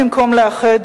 במקום לאחד,